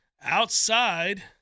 outside